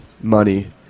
money